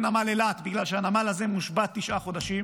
נמל אילת בגלל שהנמל הזה מושבת תשעה חודשים,